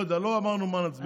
לא יודע, לא אמרנו מה נצביע.